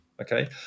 Okay